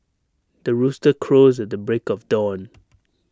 the rooster crows at the break of dawn